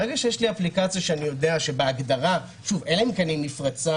ברגע שיש לי אפליקציה שאני יודע שבהגדרה אלא אם כן היא נפרצה